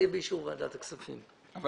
היה על זה דיון ארוך.